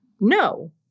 no